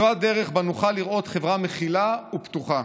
זו הדרך שבה נוכל לראות חברה מכילה ופתוחה,